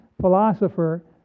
philosopher